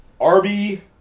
Arby